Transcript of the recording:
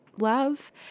love